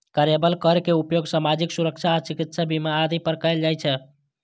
कार्यबल कर के उपयोग सामाजिक सुरक्षा आ चिकित्सा बीमा आदि पर कैल जाइ छै